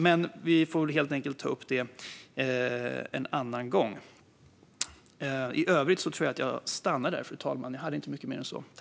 Men vi får väl helt enkelt ta upp det en annan gång.